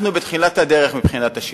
אנחנו בתחילת הדרך מבחינת השידורים.